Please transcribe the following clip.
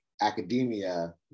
Academia